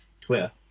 Twitter